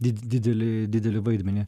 did didelį didelį vaidmenį